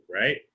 right